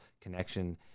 connection